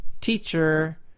teacher